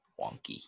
wonky